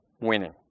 winning